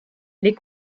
les